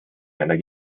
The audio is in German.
einer